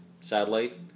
satellite